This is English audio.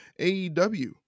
AEW